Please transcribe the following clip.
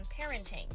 parenting